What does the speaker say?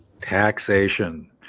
taxation